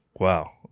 wow